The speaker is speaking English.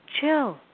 chill